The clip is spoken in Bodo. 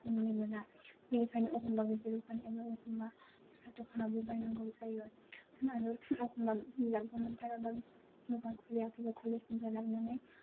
खमनि मोना बेनिखायनो एखनबा गिदिर दखानाव हाबो एखनबा फिसा दखानावबो बायनांगौ जायो आरो एखनबा बिजाबखौ मोनथाराब्ला दखान खुलियाखैब्ला कलेजनिफ्राय लाबोनानै